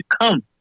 come